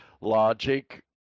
logic